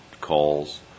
calls